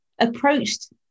approached